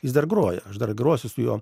jis dar groja aš dar grosiu su juo